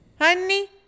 Honey